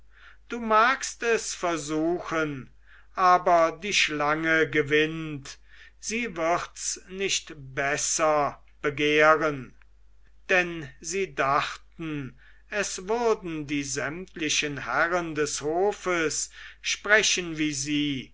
du magst es versuchen aber die schlange gewinnt sie wirds nicht besser begehren denn sie dachten es würden die sämtlichen herren des hofes sprechen wie sie